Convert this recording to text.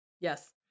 Yes